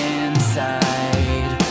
inside